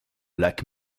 lac